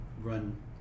run